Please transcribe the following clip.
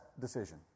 decision